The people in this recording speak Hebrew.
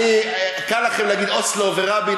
קל לכם להגיד "אוסלו" ו"רבין".